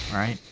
right?